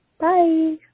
bye